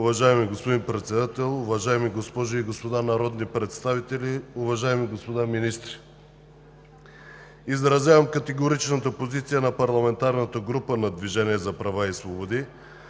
Уважаеми господин Председател, уважаеми госпожи и господа народни представители, уважаеми господа министри! Изразявам категоричната позиция на парламентарната група на „Движението за права и свободи“